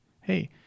Hey